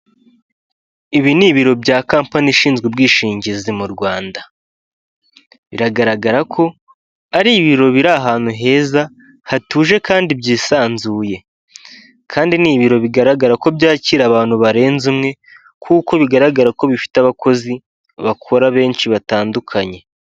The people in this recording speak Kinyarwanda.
Ibi ni ibiro bya kampani ishinzwe ubwishingizi mu Rwanda, biragaragara ko ari ibiro biri ahantu heza, hatuje kandi byisanzuye kandi ni ibiro bigaragara ko byakira abantu barenze umwe kuko bigaragara ko bifite abakozi bakora benshi batandukanye.